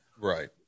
right